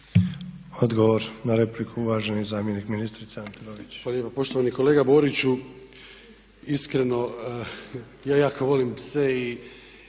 Odgovor na repliku uvaženi zamjenik ministrice. **Babić,